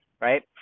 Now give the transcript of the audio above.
right